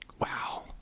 Wow